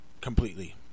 completely